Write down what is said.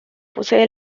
posee